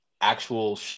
actual